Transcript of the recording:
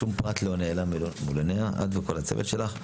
שום פרט לא נעלם מול עיניה, את וכל הצוות שלך.